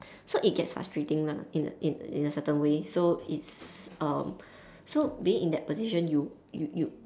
so it gets frustrating lah in in in a certain way so it's um so being in that position you you you